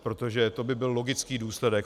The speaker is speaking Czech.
Protože to by byl logický důsledek.